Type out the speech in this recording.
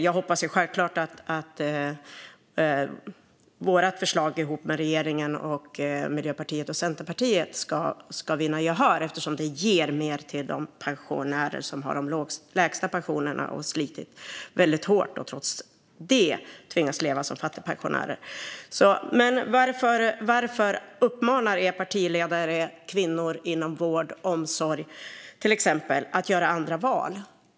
Jag hoppas självklart att vårt förslag ihop med regeringen, Miljöpartiet och Centerpartiet ska vinna gehör eftersom det ger mer till de pensionärer som har de lägsta pensionerna, de som har slitit väldigt hårt och trots det tvingas leva som fattigpensionärer. Men varför uppmanar er partiledare kvinnor inom exempelvis vård och omsorg att göra andra val?